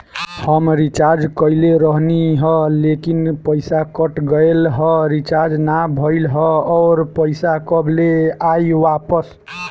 हम रीचार्ज कईले रहनी ह लेकिन पईसा कट गएल ह रीचार्ज ना भइल ह और पईसा कब ले आईवापस?